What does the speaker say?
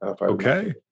Okay